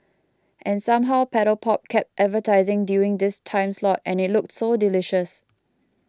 and somehow Paddle Pop kept advertising during this time slot and it looked so delicious